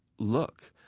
look,